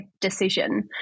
decision